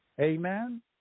Amen